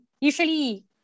Usually